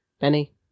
Benny